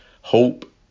Hope